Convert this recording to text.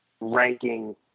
ranking